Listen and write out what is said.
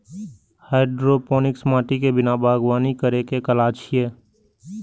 hydroponics माटि के बिना बागवानी करै के कला छियै